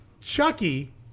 Chucky